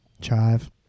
Chive